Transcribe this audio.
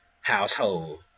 household